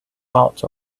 out